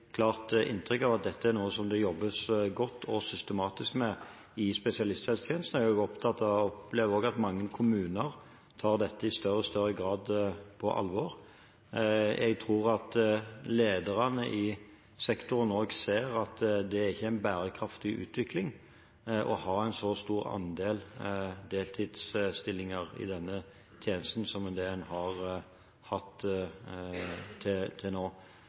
klart inntrykk av at dette er noe som det jobbes godt og systematisk med i spesialisthelsetjenesten, og jeg er opptatt av og opplever også at mange kommuner tar dette i større og større grad på alvor. Jeg tror at lederne i sektoren ser at det ikke er en bærekraftig utvikling å ha en så stor andel deltidsstillinger i denne tjenesten som en har hatt til nå, rett og slett fordi vi kommer til